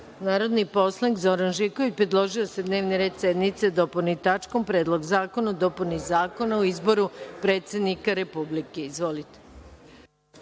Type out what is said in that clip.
predlog. Narodni poslanik Zoran Živković predložio je da se dnevni red sednice dopuni tačkom – Predlog zakona o dopuni Zakona o izboru predsednika Republike. Izvolite.